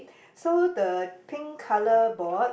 so the pink colour board